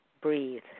Breathe